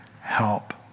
help